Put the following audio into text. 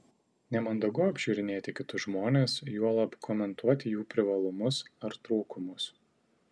nemandagu apžiūrinėti kitus žmones juolab komentuoti jų privalumus ar trūkumus